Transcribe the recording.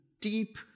deep